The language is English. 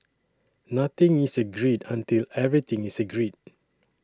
nothing is agreed until everything is agreed